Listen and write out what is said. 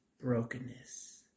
brokenness